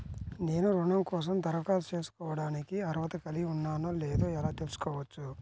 నేను రుణం కోసం దరఖాస్తు చేసుకోవడానికి అర్హత కలిగి ఉన్నానో లేదో ఎలా తెలుసుకోవచ్చు?